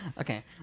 Okay